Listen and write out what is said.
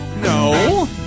No